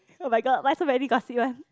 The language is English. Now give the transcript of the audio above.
oh-my-god why so many gossip one